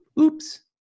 oops